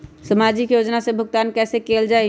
सामाजिक योजना से भुगतान कैसे कयल जाई?